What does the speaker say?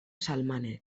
salmanen